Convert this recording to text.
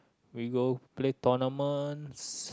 we go play tournaments